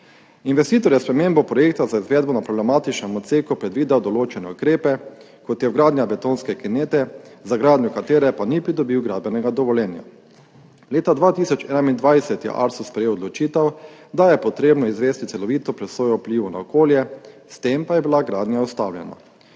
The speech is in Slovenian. Investitor je s spremembo projekta za izvedbo na problematičnem odseku predvidel določene ukrepe, kot je vgradnja betonske kinete, za gradnjo katere pa ni pridobil gradbenega dovoljenja. Leta 2021 je ARSO sprejel odločitev, da je treba izvesti celovito presojo vplivov na okolje, s tem pa je bila gradnja ustavljena.